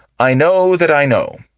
i know that i know.